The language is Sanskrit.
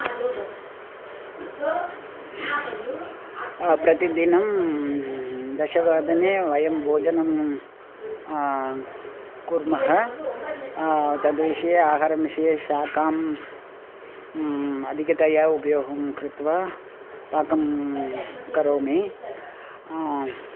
प्रतिदिनं दशवादने वयं भोजनं कुर्मः तद्विषये आहारं विषये शाकां अधिकतया उपयोगं कृत्वा पाकं करोमि